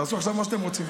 תעשו עכשיו מה שאתם רוצים.